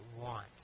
want